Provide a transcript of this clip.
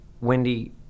Wendy